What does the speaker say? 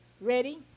Ready